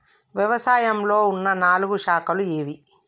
వ్యవసాయంలో ఉన్న నాలుగు శాఖలు ఏవి?